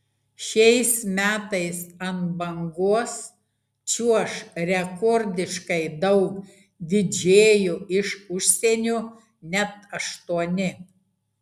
šiais metais ant bangos čiuoš rekordiškai daug didžėjų iš užsienio net aštuoni